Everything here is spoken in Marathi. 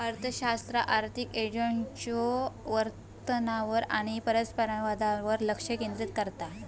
अर्थशास्त्र आर्थिक एजंट्सच्यो वर्तनावर आणि परस्परसंवादावर लक्ष केंद्रित करता